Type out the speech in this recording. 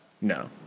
No